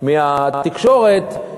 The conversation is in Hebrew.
מהתקשורת,